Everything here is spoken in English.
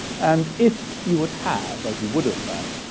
and if you would had, as you would have had,